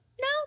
No